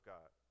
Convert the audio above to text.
God